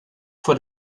vor